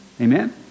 Amen